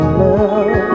love